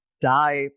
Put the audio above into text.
die